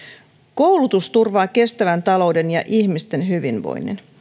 koulutus turvaa kestävän talouden ja ihmisten hyvinvoinnin